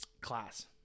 class